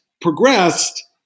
progressed